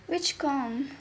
which committee